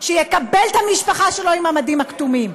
שיקבל את המשפחה שלו עם המדים הכתומים,